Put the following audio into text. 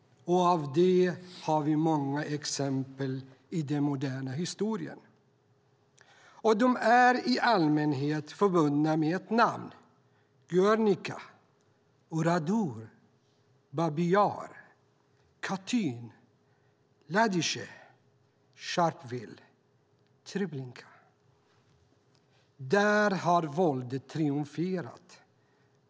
Och av det har vi många exempel i den moderna historien. Och de är i allmänhet förbundna med ett namn: Guernica, Oradour, Babij Jar, Katyn, Lidice, Sharpeville, Treblinka. Där har våldet triumferat.